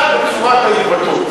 אני ביקשתי שיקול דעת בצורת ההתבטאות.